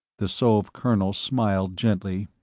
the sov colonel smiled gently.